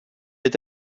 est